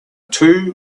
too